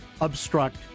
obstruct